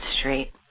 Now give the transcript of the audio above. street